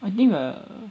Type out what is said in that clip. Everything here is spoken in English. I think uh